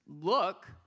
look